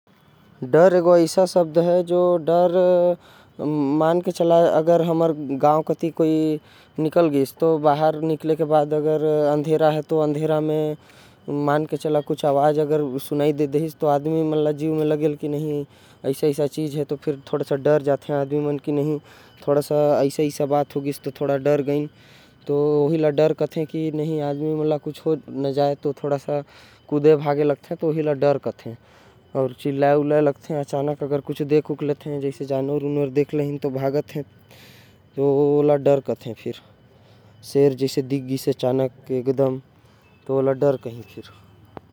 डर एगो एसन शब्द है जो डर मान के चला डर हमर गाँव कती। कोई निकल गइस बाहर निकले के बाद कोई ऐसा आवाज सुनाई दे। जाएल आदमी मन ला जिव में लगेल की ऐसा ऐसा चीज है। थोड़ा सा डर जाथे आदमी मन के जानवर शेर भालू अचानक दिख जाएल। डर जाथे चिल्लाये लगथे ओहि ला डर कथे।